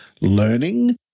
learning